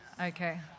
Okay